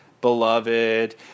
Beloved